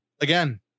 again